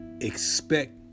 expect